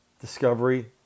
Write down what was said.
discovery